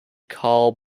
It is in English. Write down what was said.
kyle